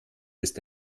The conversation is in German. ist